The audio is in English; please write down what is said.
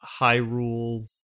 Hyrule